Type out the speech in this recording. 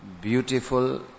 beautiful